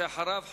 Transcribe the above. ואחריו,